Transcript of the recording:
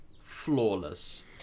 flawless